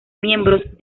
miembros